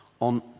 on